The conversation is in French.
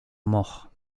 morts